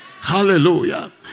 hallelujah